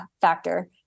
factor